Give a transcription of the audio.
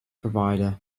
provider